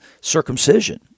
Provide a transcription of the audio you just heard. circumcision